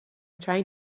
trying